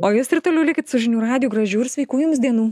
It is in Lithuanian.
o jūs ir toliau likit su žinių radiju gražių ir sveikų jums dienų